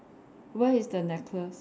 where is the necklace